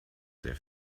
sehr